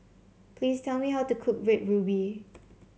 please tell me how to cook Red Ruby